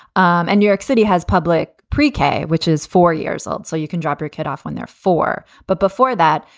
um and york city has public pre-k, which is four years old. so you can drop your kid off when they're four. but before that,